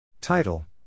Title